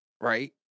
right